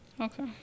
Okay